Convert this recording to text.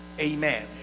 Amen